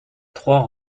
trois